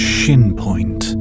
Shinpoint